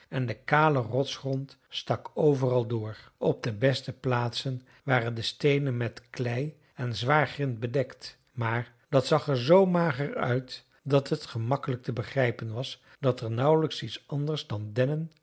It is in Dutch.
en de kale rotsgrond stak overal door op de beste plaatsen waren de steenen met klei en zwaar grint bedekt maar dat zag er zoo mager uit dat het gemakkelijk te begrijpen was dat er nauwelijks iets anders dan dennen